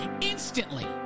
instantly